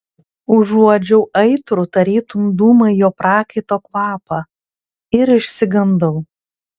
užuodžiau aitrų tarytum dūmai jo prakaito kvapą ir išsigandau